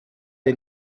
the